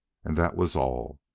and that was all.